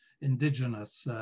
indigenous